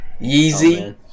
Yeezy